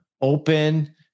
open